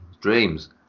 dreams